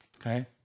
okay